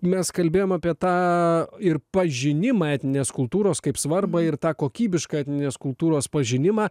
mes kalbėjom apie tą ir pažinimą etninės kultūros kaip svarbą ir tą kokybišką etninės kultūros pažinimą